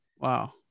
Wow